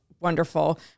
wonderful